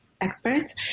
experts